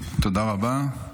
תודה רבה.